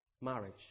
marriage